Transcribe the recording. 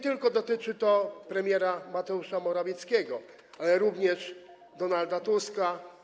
To dotyczy nie tylko premiera Mateusza Morawieckiego, ale również Donalda Tuska.